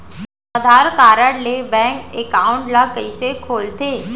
आधार card ले bank account ल कइसे खोलथे?